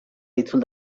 itzuli